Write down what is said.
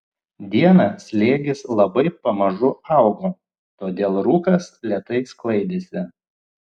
dieną slėgis labai pamažu augo todėl rūkas lėtai sklaidėsi